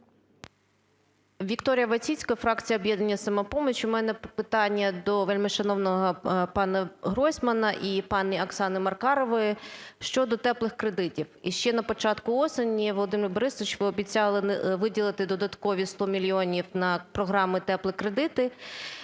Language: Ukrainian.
ВікторіяВойціцька, фракція "Об'єднання "Самопоміч". У мене питання до вельмишановного пана Гройсмана і пані Оксани Маркарової щодо "теплих кредитів". Ще на початку осені, Володимир Борисович, ви обіцяли виділити додаткових 100 мільйонів на програми "теплі кредити"